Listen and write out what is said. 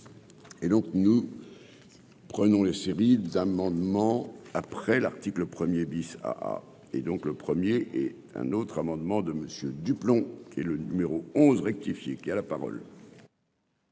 Et donc, nous prenons les séries d'amendements après l'article 1er bis à et donc le 1er et un autre amendement de monsieur du plomb qui est le numéro 11 rectifié, qui a la parole.